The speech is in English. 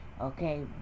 Okay